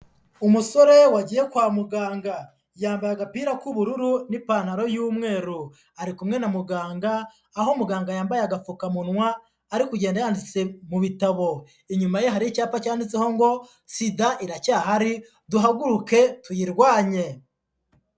Umusore wagiye kwa muganga yambaye agapira k'ubururu n'ipantaro y'umweru ari kumwe na muganga aho muganga yambaye agapfukamunwa ari kugenda yanyanditse mu bitabo inyuma ye hari icyapa cyanditseho ngo SIDA iracyahari duhaguruke tuyirwanye.